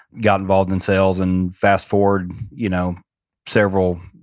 got involved in sales and fast forward you know several,